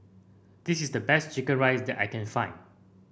this is the best chicken rice that I can find